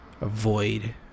avoid